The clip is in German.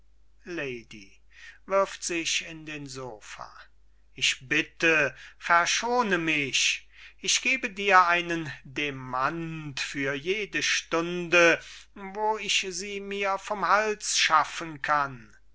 sopha ich bitte verschone mich ich gebe dir einen demant für jede stunde wo ich sie mir vom hals schaffen kann